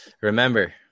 remember